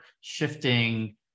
shifting